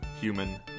human